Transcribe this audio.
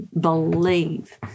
believe